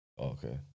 Okay